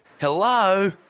Hello